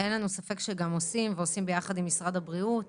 לנו ספק שעושים גם יחד עם משרד הבריאות,